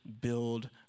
build